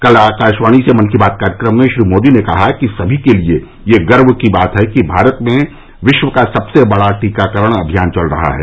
कल आकाशवाणी से मन की बात कार्यक्रम में श्री मोदी ने कहा कि समी के लिए यह गर्व की बात है कि भारत में विश्व का सबसे बड़ा टीकाकरण अभियान चल रहा है